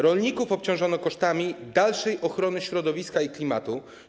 Rolników obciążono kosztami dalszej ochrony środowiska i klimatu.